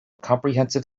comprehensive